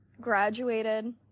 graduated